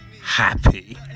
happy